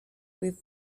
with